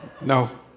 No